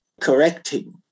correcting